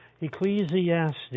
Ecclesiastes